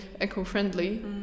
eco-friendly